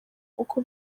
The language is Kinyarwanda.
uko